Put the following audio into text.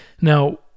Now